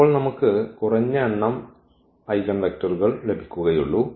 അപ്പോൾ നമുക്ക് കുറഞ്ഞ എണ്ണം ഐഗൻവെക്റ്ററുകൾ ലഭിക്കുകയുള്ളൂ